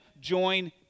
join